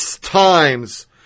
Times